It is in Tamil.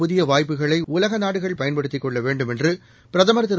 புதியவாய்ப்புகளைஉலகநாடுகள் பயன்படுத்திக் கொள்ளவேண்டும் என்றுபிரதமர் திரு